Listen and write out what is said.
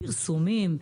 פרסומים,